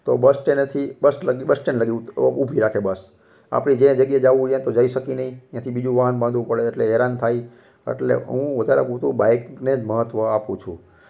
તો બસ સ્ટેશનેથી બસ લગી બસ સ્ટેન લગી ઊ ઊભી રાખે બસ આપણે જે જગ્યાએ જવું હોય ત્યાં તો જઈ શકી નહીં ત્યાંથી બીજું વાહન બાંધવું પડે એટલે હેરાન થઈ એટલે હું વધારે પૂરતો બાઇકને જ મહત્ત્વ આપું છું